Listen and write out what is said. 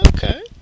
Okay